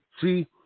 See